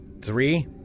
Three